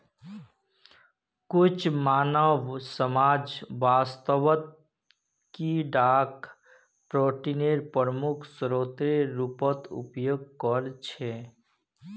कुछु मानव समाज वास्तवत कीडाक प्रोटीनेर प्रमुख स्रोतेर रूपत उपयोग करछे